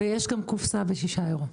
ויש גם קופסא ב-6 יורו.